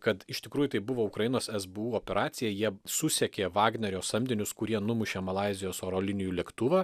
kad iš tikrųjų tai buvo ukrainos sbu operacija jie susekė vagnerio samdinius kurie numušė malaizijos oro linijų lėktuvą